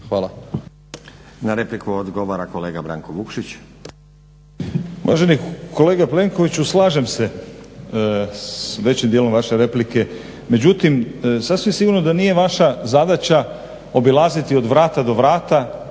(SDP)** Na repliku odgovara kolega Branko Vukšić.